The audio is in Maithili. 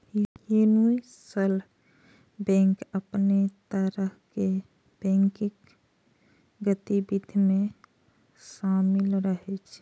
यूनिवर्सल बैंक अनेक तरहक बैंकिंग गतिविधि मे शामिल रहै छै